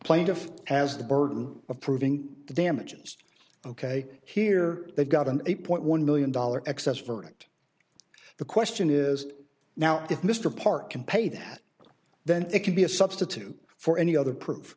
plaintiff has the burden of proving the damages ok here they've got an eight point one million dollars excess verdict the question is now if mr park can pay that then it could be a substitute for any other proof